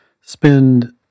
spend